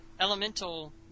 Elemental